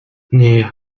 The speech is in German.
nee